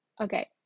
Okay